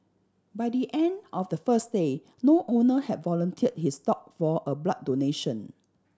by the end of the first day no owner had volunteered his dog for a blood donation